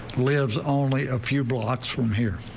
lives only a few blocks from here.